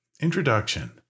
INTRODUCTION